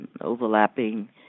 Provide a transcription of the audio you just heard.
overlapping